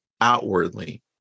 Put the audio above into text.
outwardly